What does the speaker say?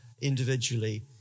individually